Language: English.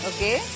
Okay